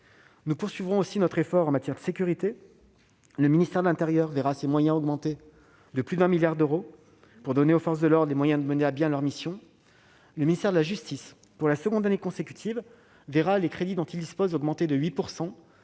Nous poursuivrons aussi notre effort en matière de sécurité. Le ministère de l'intérieur verra ses moyens augmenter de plus d'un milliard d'euros, pour donner aux forces de l'ordre les moyens de mener à bien leur mission. Le ministère de la justice, pour la seconde année consécutive, verra les crédits dont il dispose augmenter de 8 %.